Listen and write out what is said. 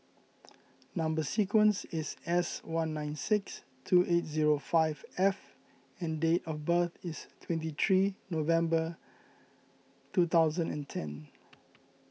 Number Sequence is S one nine six two eight zero five F and date of birth is twenty three November two thousand and ten